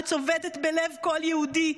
שצובטת בלב כל יהודי,